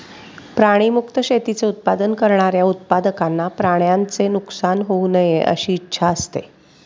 प्राणी मुक्त शेतीचे उत्पादन करणाऱ्या उत्पादकांना प्राण्यांचे नुकसान होऊ नये अशी इच्छा असते